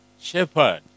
Shepherd